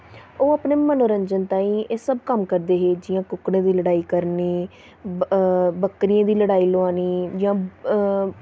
ओह् अपने मनोरंजन ताईं एह् सब कम्म करदे हे जि'यां कुक्कड़ें दी लडाई करनी बक्करियें दी लड़ाई लोआनी जां